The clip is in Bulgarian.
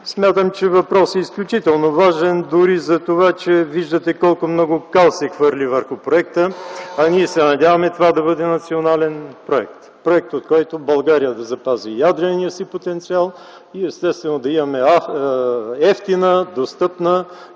Смятам, че въпросът е изключително важен дори за това, че виждате колко много кал се хвърли върху проекта, а ние се надяваме това да бъде национален проект – проект, с който България да запази ядрения си потенциал, естествено да имаме евтина, достъпна